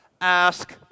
Ask